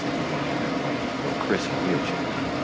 you want to end up like little chris in a wheelchair.